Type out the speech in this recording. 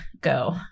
go